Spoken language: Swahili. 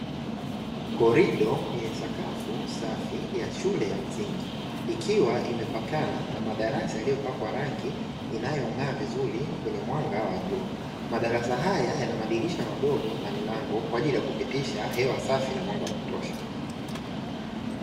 Korido yenye sakafu safi ya shule ya msingi, ikiwa imepakana na madarasa yaliyopakwa rangi inayong'aa vizuri kwenye mwanga wa jua. Madarasa haya yana madirisha madogo na milango kwa ajili ya kupitisha hewa safi na mwanga wa kutosha.